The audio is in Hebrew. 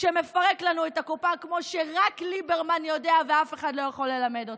שמפרק לנו את הקופה כמו שרק ליברמן יודע ואף אחד לא יכול ללמד אותו.